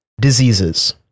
diseases